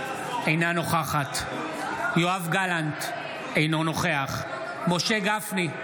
אינה נוכחת יואב גלנט, אינו נוכח משה גפני,